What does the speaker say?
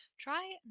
try